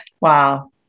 Wow